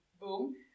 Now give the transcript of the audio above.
Boom